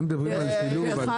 בדיוק זה פשוט בתקנות בשמות אחרים.